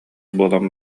буолан